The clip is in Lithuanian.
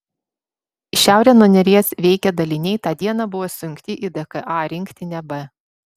į šiaurę nuo neries veikę daliniai tą dieną buvo sujungti į dka rinktinę b